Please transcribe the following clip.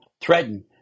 threaten